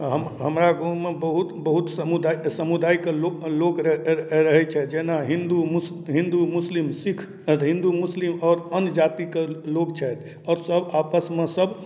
हम हमरा गाँवमे बहुत बहुत समुदाय समुदायके लोक लोक रहैत छथि जेना हिन्दू मुस हिन्दू मुस्लिम सिख हिन्दू मुस्लिम आओर अन्य जातिके लोक छथि आओर सब आपसमे सब